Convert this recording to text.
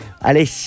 Allez